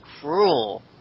cruel